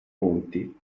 fonti